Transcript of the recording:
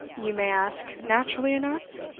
you may ask naturally enough?